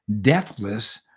deathless